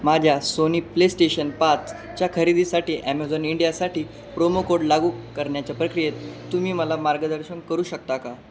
माझ्या Sony PlayStation पाच च्या खरेदीसाठी ॲमेजॉन इंडियासाठी प्रोमो कोड लागू करण्याच्या प्रक्रियेत तुम्ही मला मार्गदर्शन करू शकता का